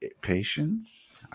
patience